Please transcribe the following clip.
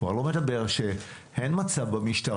אני כבר לא מדבר על זה שאין מצב במשטרה